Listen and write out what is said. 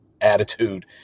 attitude